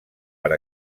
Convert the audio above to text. per